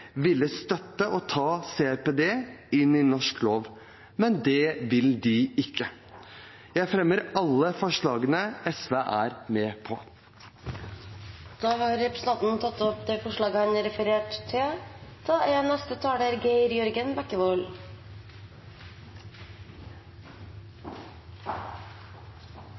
ville støtte det å ta CRPD inn i norsk lov, men det vil de ikke. Jeg fremmer med dette SVs forslag. Da har representanten Nicholas Wilkinson tatt opp det forslaget han refererte til. Norge er